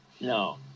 No